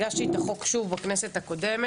הגשתי את החוק שוב כשחזרתי לכנסת הקודמת,